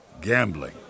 gambling